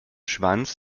schwanz